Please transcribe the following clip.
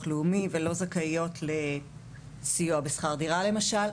לאומי ולא זכאיות לסיוע בשכר דירה למשל.